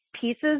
pieces